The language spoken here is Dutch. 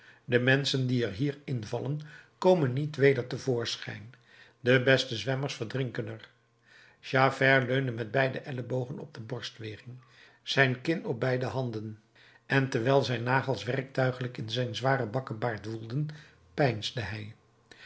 de menschen die er hier invallen komen niet weder te voorschijn de beste zwemmers verdrinken er javert leunde met beide ellebogen op de borstwering zijn kin op beide handen en terwijl zijn nagels werktuiglijk in zijn zwaren bakkebaard woelden peinsde hij